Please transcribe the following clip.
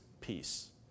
peace